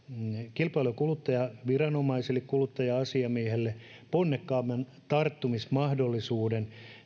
kilpailu ja kuluttajaviranomaiselle kuluttaja asiamiehelle ponnekkaamman tarttumismahdollisuuden